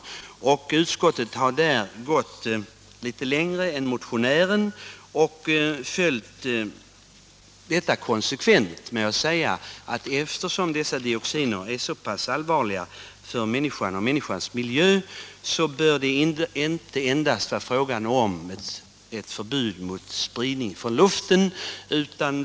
Utskottet har gått litet längre än motionären och följt upp detta konsekvent. Vi säger att eftersom dessa dioxiner är så allvarliga för människan och människans miljö bör det inte endast vara fråga om förbud mot spridning från luften.